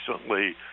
recently